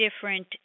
different